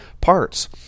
parts